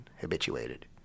habituated